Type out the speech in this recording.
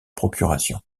procuration